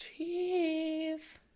jeez